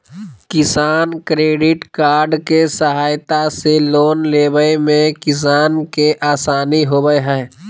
किसान credit card के सहायता से लोन लेवय मे किसान के आसानी होबय हय